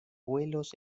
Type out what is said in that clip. vuelos